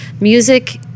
Music